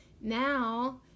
now